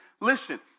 Listen